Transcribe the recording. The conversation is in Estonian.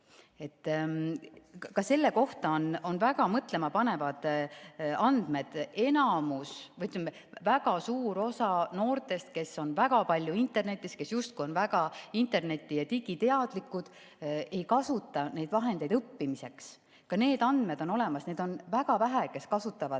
Ka selle kohta on väga mõtlemapanevad andmed. Enamus või, ütleme, väga suur osa noortest, kes on väga palju internetis, kes justkui on väga interneti‑ ja digiteadlikud, ei kasuta neid vahendeid õppimiseks. Ka need andmed on olemas, et neid on väga vähe, kes kasutavad